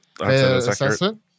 assessment